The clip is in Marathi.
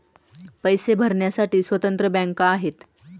पैसे भरण्यासाठी स्वतंत्र बँका आहेत